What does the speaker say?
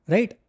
Right